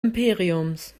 imperiums